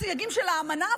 הסייגים של האמנה,